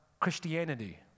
Christianity